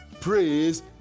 Praise